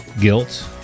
guilt